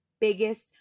biggest